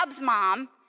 mom